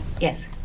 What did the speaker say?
Yes